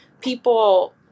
people